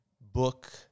book